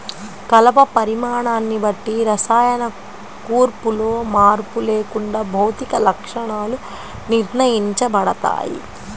కలప పరిమాణాన్ని బట్టి రసాయన కూర్పులో మార్పు లేకుండా భౌతిక లక్షణాలు నిర్ణయించబడతాయి